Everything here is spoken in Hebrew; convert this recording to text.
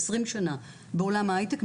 20 שנה בעולם ההייטק,